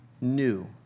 new